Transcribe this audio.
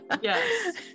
Yes